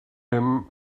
him